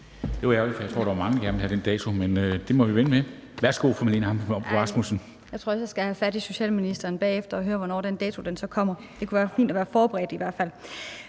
Det var ærgerligt, for jeg tror, der var mange, der gerne ville have den dato, men den må vi vente med. Værsgo til fru Marlene Ambo-Rasmussen. Kl. 13:47 Marlene Ambo-Rasmussen (V): Jeg tror, jeg skal have fat i socialministeren bagefter og høre, hvornår den dato så kommer, for det kunne være fint at være forberedt i hvert fald.